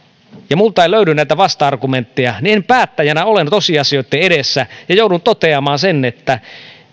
ja minulta ei löydy näitä vasta argumentteja niin päättäjänä olen tosiasioitten edessä ja joudun toteamaan sen että